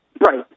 Right